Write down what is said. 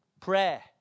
Prayer